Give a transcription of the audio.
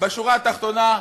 בשורה התחתונה,